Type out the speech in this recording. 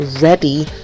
ready